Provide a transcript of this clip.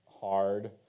hard